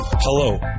Hello